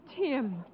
Tim